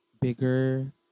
bigger